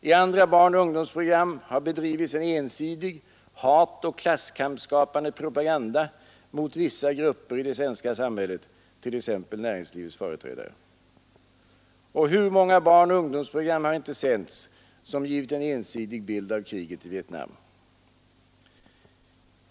I andra barnoch ungdomsprogram har bedrivits en ensidig hatoch klasskam psskapande propaganda mot vissa grupper i det svenska samhället, t.ex. näringslivets företrädare. Och hur många barnoch ungdomsprogram har inte sänts, som givit en ensidig bild av kriget i Vietnam?